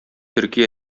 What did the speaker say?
төрки